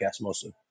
mostly